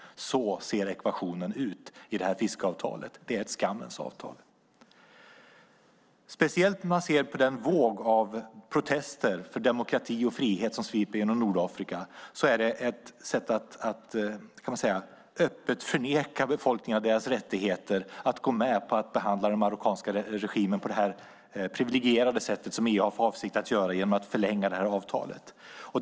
Så ser ekvationen ut i det här fiskeavtalet. Det är ett skammens avtal. Speciellt när man ser på den våg av protester för demokrati och frihet som sveper över Nordafrika är det ett sätt att öppet förneka befolkningar deras rättigheter att gå med på att behandla den marockanska regimen på det privilegierade sätt som EU har för avsikt att göra genom att förlänga avtalet.